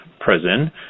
Prison